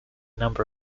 number